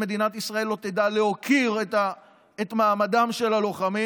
מדינת ישראל לא תדע להוקיר את מעמדם של הלוחמים,